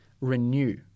Renew